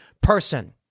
person